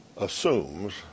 assumes